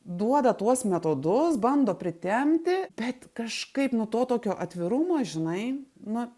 duoda tuos metodus bando pritempti bet kažkaip nu to tokio atvirumo žinai na